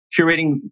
curating